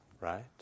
right